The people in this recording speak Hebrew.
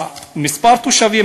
מספר התושבים,